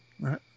Right